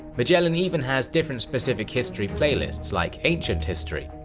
magellan even has different specific history playlists, like ancient history.